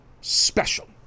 special